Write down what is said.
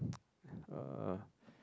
uh